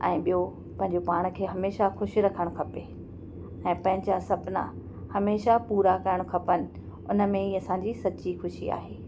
ऐं ॿियो पंहिंजे पाण खे हमेशह ख़ुशि रखणु खपे ऐं पंहिंजा सुपिना हमेशह पूरा करण खपनि हुन में ई असांजी सची ख़ुशी आहे